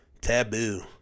taboo